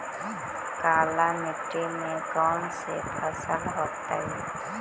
काला मिट्टी में कौन से फसल होतै?